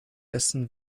essen